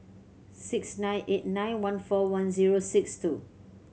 six nine eight nine one four one zero six two